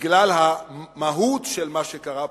בגלל המהות של מה שקרה פה,